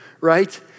right